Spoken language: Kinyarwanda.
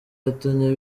yatumye